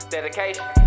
Dedication